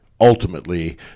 ultimately